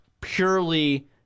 purely